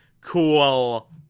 cool